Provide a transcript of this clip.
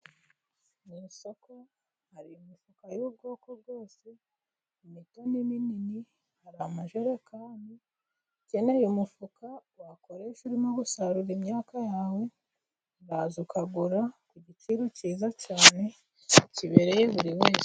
Mu isoko hari imifuka y'ubwoko bwose, imito n'miinini. Hari amajerekani, ukeneye umufuka wakoresha urimo gusarura imyaka yawe uraza ukagura ku giciro cyiza cyane kibereye buri munsi.